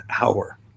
hour